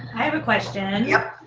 have a question. yup.